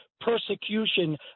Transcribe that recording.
persecution